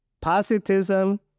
positivism